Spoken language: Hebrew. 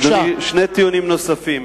אדוני, שני טיעונים נוספים.